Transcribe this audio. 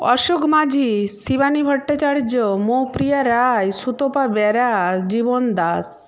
Ashok Majhi Shivani Bhattacharya Moupriya Roy Sutapa Bera Jiban Das